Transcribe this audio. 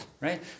right